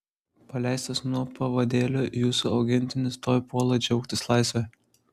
paleistas nuo pavadėlio jūsų augintinis tuoj puola džiaugtis laisve